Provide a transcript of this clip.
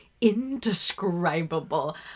indescribable